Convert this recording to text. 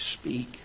speak